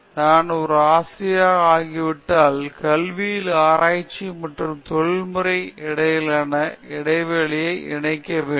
நான் ஒரு ஆசிரியராக ஆகிவிட்டால் கல்வியியல் ஆராய்ச்சி மற்றும் தொழில்முனைவிற்கும் இடையிலான இடைவெளியை இணைக்க வேண்டும்